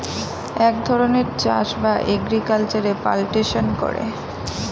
এক ধরনের চাষ বা এগ্রিকালচারে প্লান্টেশন করে